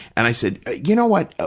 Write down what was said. and i said, you know what, ah